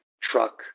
truck